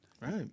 Right